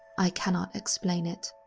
i cannot explain it.